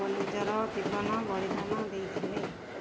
ନିଜର ଜୀବନ ବଳିଦାନ ଦେଇଥିଲେ